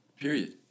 period